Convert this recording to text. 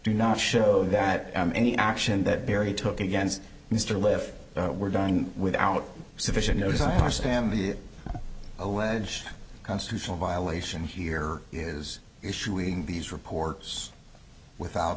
do not show that any action that barry took against mr lift were done without sufficient notice i understand the alleged constitutional violation here is issuing these reports without